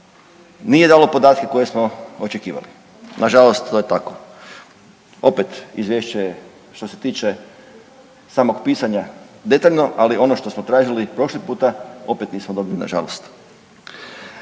nije dalo podatke koje smo očekivali, nažalost to je tako. Opet izvješće je što se tiče samog pisanja detaljno, ali ono što smo tražili prošli puta opet nismo dobili nažalost.